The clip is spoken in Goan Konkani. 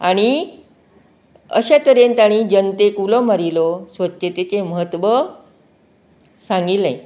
आनी अशे तरेन तांणी जनतेक उलो मारिल्लो स्वच्छतेचें म्हत्व सांगिल्लें